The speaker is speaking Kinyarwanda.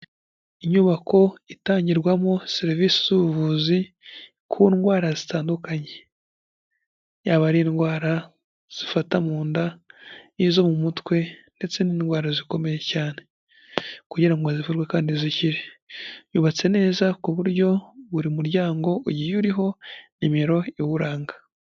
Inyubako itangirwamo serivisi z'ubuvuzi ku ndwara zitandukanye, yaba ari indwara zifata mu nda n'izo mu mutwe ndetse n'indwara zikomeye cyane kugira ngo zikorwe kandi zikirere, yubatse neza ku buryo buri muryango ugiye uriho nimero iwuranga.